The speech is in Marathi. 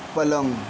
पलंग